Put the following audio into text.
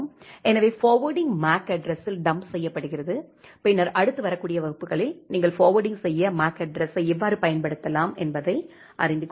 எனவே forwarding MAC அட்ட்ரஸ்ஸில் dump செய்யப்படுகிறது பின்னர் அடுத்து வரக்கூடிய வகுப்புகளில் நீங்கள் ஃபார்வேர்ட்டிங் செய்ய மேக் அட்ட்ரஸ்யை எவ்வாறு பயன்படுத்தலாம் என்பதை அறிந்து கொள்வீர்கள்